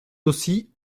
aussi